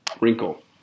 wrinkle